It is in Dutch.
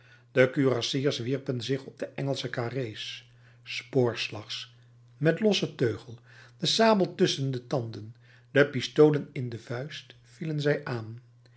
de kurassiers wierpen zich op de engelsche carré's spoorslags met lossen teugel de sabel tusschen de tanden de pistolen in de vuist vielen zij aan